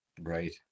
Right